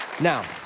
Now